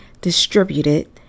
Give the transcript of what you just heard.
distributed